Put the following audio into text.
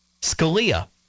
Scalia